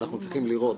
אנחנו צריכים לראות,